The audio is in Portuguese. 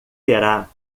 terá